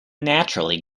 naturally